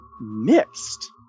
mixed